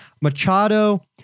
Machado